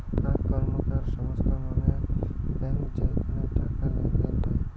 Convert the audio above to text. আক র্কমকার সংস্থা মানে ব্যাঙ্ক যেইখানে টাকা লেনদেন হই